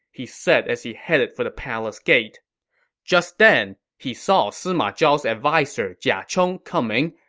he said as he headed for the palace gate just then, he saw sima zhao's adviser jia chong coming,